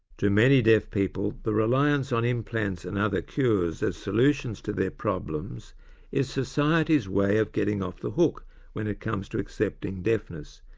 to many deaf people, the reliance on implants and other cures as solutions to their problems is society's way of getting off the hook when it comes to accepting deafness.